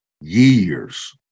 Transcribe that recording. years